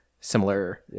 similar